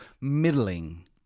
middling